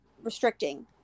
restricting